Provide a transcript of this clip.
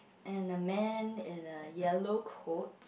and a man and a yellow cloth